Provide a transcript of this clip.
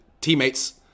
teammates